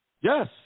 Yes